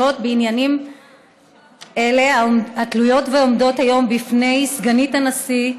בעניינים אלה התלויות ועומדות היום בפני סגנית הנשיא,